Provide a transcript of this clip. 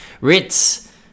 Ritz